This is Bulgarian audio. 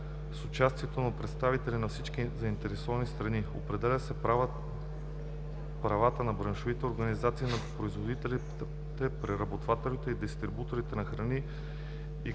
с участието на представители на всички заинтересовани страни. Определени са правата на браншовите организации на производителите, преработвателите и дистрибуторите на храни и